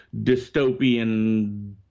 dystopian